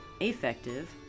affective